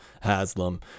Haslam